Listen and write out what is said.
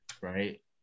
right